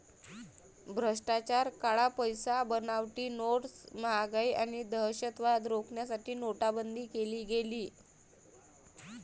भ्रष्टाचार, काळा पैसा, बनावटी नोट्स, महागाई आणि दहशतवाद रोखण्यासाठी नोटाबंदी केली गेली